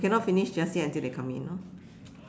you cannot finish just say until they come in lor